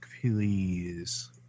please